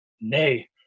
Nay